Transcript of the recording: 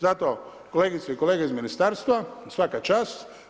Zato, kolegice i kolege iz Ministarstva, svaka čast.